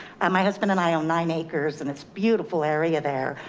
and my husband and i own nine acres and it's beautiful area there.